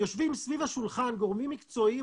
יושבים סביב השולחן גורמים מקצועיים,